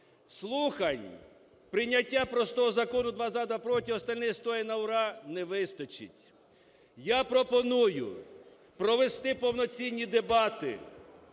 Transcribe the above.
слухань, прийняття простого закону: два – за, два – проти, остальные, стоя на ура, не вистачить. Я пропоную провести повноцінні дебати